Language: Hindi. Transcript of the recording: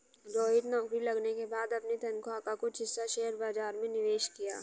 रोहित नौकरी लगने के बाद अपनी तनख्वाह का कुछ हिस्सा शेयर बाजार में निवेश किया